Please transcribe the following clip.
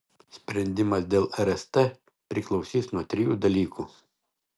sprendimas dėl rst priklausys nuo trijų dalykų